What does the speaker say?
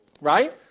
Right